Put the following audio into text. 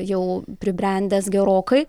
jau pribrendęs gerokai